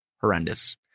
horrendous